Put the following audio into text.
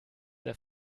der